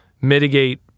mitigate